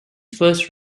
first